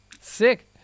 Sick